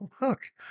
Look